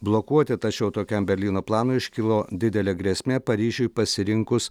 blokuoti tačiau tokiam berlyno planui iškilo didelė grėsmė paryžiui pasirinkus